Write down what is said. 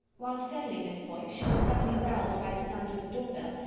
while settling this point, she was suddenly roused by the sound of the door-bell,